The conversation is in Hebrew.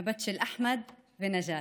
הבת של אחמד ונג'את.